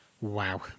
Wow